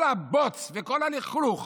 כל הבוץ וכל הלכלוך